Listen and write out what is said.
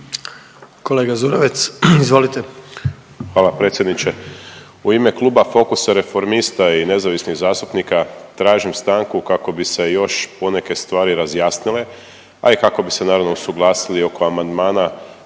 **Zurovec, Dario (Fokus)** Hvala predsjedniče. U ime kluba Fokusa, Reformista i nezavisnih zastupnika tražim stanku kako bi se još poneke stvari razjasnile, a i kako bi se naravno usuglasili oko amandmana